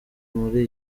muri